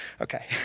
Okay